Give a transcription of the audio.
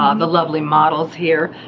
um the lovely models here,